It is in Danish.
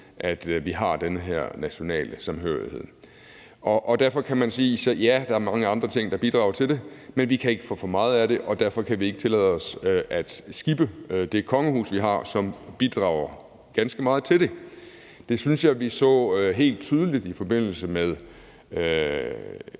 at vi har den her nationale samhørighed. Derfor kan man sige, at ja, der er mange andre ting, der bidrager til det, men vi kan ikke få for meget af det, og derfor kan vi ikke tillade os at skippe det kongehus, vi har, som bidrager ganske meget til det. Det synes jeg at vi så helt tydeligt i forbindelse med